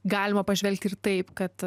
galima pažvelgti ir taip kad